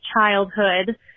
childhood